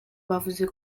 bavuze